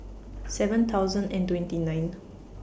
seven thousand and twenty nine